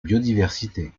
biodiversité